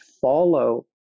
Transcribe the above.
follow